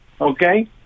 Okay